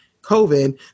COVID